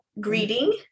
greeting